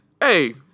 Hey